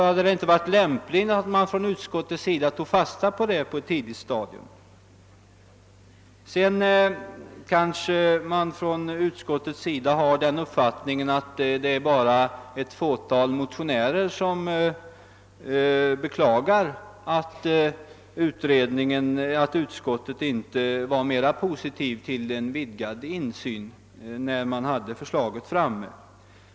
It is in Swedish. Hade det inte varit lämpligt att utskottet tagit fasta på det på ett tidigt stadium? Utskottet har kanske den uppfattningen att det bara är ett fåtal motionärer som beklagar att utskottet inte har en mer positiv inställning till frågan om vidgad insyn.